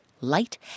light